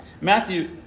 Matthew